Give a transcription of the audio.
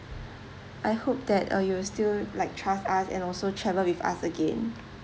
I hope that uh you will still like trust us and also travel with us again